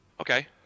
Okay